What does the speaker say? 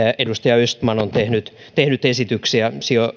edustaja östman on tehnyt tehnyt esityksiä